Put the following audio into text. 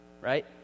Right